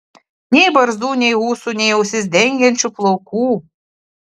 nei barzdų nei ūsų nei ausis dengiančių plaukų